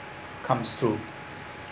comes to